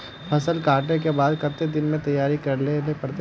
फसल कांटे के बाद कते दिन में तैयारी कर लेले पड़ते?